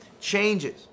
changes